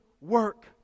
work